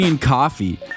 Coffee